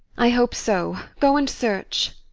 i hope so. go and search.